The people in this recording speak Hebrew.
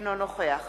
אינו נוכח